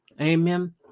Amen